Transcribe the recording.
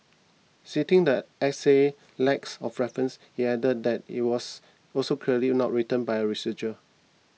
sitting the essay's lacks of references he added that it was also clearly not written by a researcher